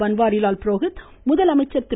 பன்வாரிலால் புரோஹித் முதலமைச்சர் திரு